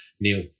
neil